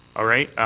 all right.